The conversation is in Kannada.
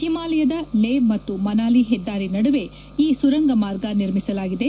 ಹಿಮಾಲಯದ ಲೇ ಮತ್ತು ಮನಾಲಿ ಹೆದ್ದಾರಿ ನಡುವೆ ಈ ಸುರಂಗ ಮಾರ್ಗ ನಿರ್ಮಿಸಲಾಗಿದೆ